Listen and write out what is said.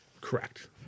Correct